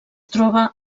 troba